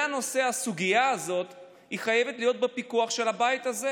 הסוגיה הזאת חייבת להיות בפיקוח של הבית הזה,